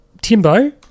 Timbo